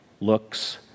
looks